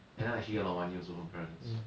and then she get a lot of money also from parents